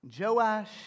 Joash